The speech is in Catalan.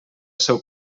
seu